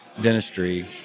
dentistry